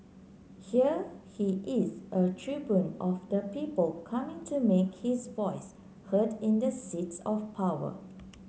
here he is a tribune of the people coming to make his voice heard in the seats of power